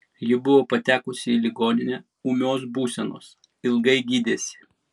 ji buvo patekusi į ligoninę ūmios būsenos ilgai gydėsi